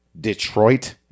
Detroit